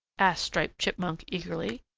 asked striped chipmunk eagerly.